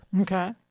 Okay